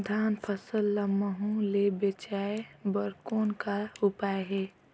धान फसल ल महू ले बचाय बर कौन का उपाय हे?